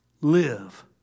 live